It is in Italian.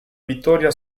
vittoria